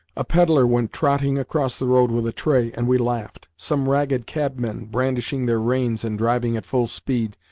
a pedlar went trotting across the road with a tray, and we laughed. some ragged cabmen, brandishing their reins and driving at full speed,